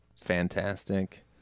fantastic